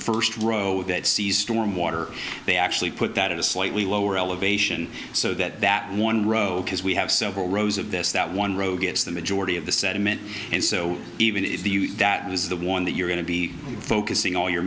first row that sees stormwater they actually put that at a slightly lower elevation so that that one row because we have several rows of this that one row gets the majority of the sediment and so even the that is the one that you're going to be focusing all your